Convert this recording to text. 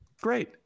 great